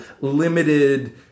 limited